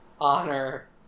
Honor